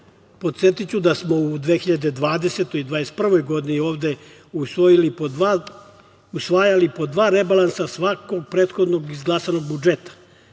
da smo u 2020. i 2021. godini ovde usvajali po dva rebalansa svakog prethodnog izglasanog budžeta